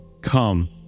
Come